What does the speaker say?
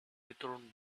returned